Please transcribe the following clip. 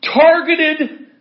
targeted